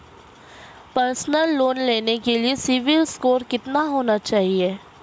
Personal loan लेने के लिए सिबिल स्कोर कितना होना चाहिए?